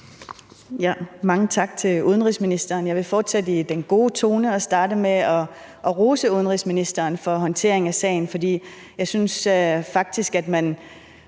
Mange tak til udenrigsministeren. Jeg vil fortsætte den gode tone og starte med at rose udenrigsministeren for håndteringen af sagen, for jeg synes faktisk, at man